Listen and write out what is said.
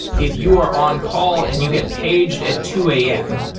if you are on call and you get paged at two a m,